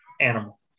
animal